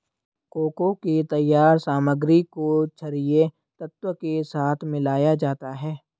cocoa के तैयार सामग्री को छरिये तत्व के साथ मिलाया जाता है